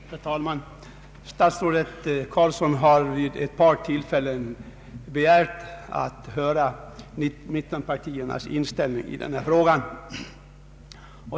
Herr talman! Statsrådet Carlsson har vid ett par tillfällen begärt att få höra mittenpartiernas inställning i denna fråga.